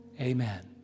amen